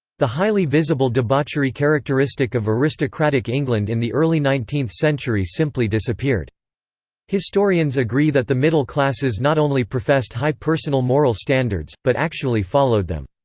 the highly visible debauchery characteristic of aristocratic england in the early nineteenth century simply disappeared historians agree that the middle classes not only professed high personal moral standards, but actually followed them.